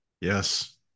Yes